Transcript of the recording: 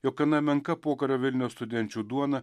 jog gana menka pokario vilniaus studenčių duona